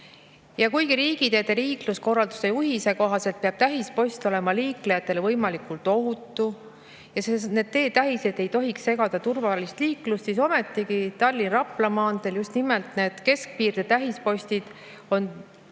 Ja kuigi riigiteede liikluskorralduse juhendi kohaselt peab tähispost olema liiklejatele võimalikult ohutu ja need teetähised ei tohiks segada turvalist liiklust, siis ometigi Tallinna–Rapla maanteel just nimelt need keskpiirde tähispostid on olnud